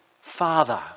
father